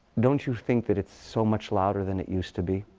don't you think that it's so much louder than it used to be?